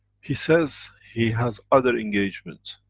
he says he has other engagements.